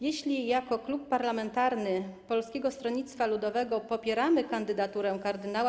Jeśli jako klub parlamentarny Polskiego Stronnictwa Ludowego popieramy kandydaturę kard.